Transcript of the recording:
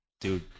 dude